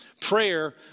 prayer